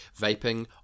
vaping